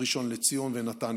ראשון לציון ונתניה.